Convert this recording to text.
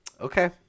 okay